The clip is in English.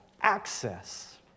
access